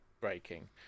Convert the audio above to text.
breaking